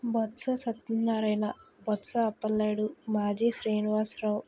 బొత్స సత్యన్నారాయణ వత్స అప్పలనాయుడు మాజీ శ్రీనివాస్ రావ్